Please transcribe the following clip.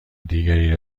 دیگری